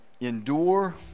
endure